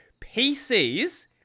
PCs